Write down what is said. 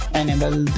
enable